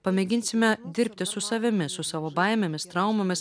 pamėginsime dirbti su savimi su savo baimėmis traumomis